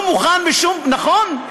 לא מוכן בשום, נכון.